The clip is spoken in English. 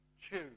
Choose